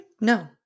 no